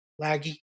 laggy